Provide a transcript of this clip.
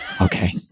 okay